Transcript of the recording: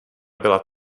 byla